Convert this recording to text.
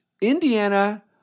Indiana